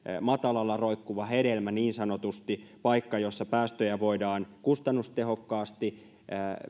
matalalla roikkuva hedelmä niin sanotusti paikka jossa päästöjä voidaan kustannustehokkaasti